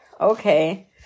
Okay